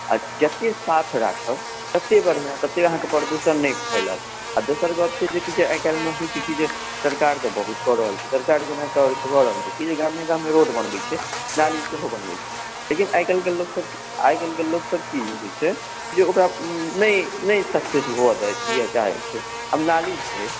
आ जते साफ राखब तते बढ़िआँ तते अहाँकेँ प्रदूषण नहि फैलत आ दोसर गप छै जेकि आइ काल्हिमे होइत छै की सरकारके बहुत कऽ रहल छै सरकार जेना कऽ रहल छै कि गामे गामे रोड बनबैत छै नाली सेहो बनबैत छै लेकिन आइ काल्हिके लोक सब आइ काल्हिके लोक सब की होइत छै जे ओकरा नहि नहि सक्सेस होअ दिअ चाहैत छै आब नाली छै